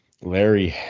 Larry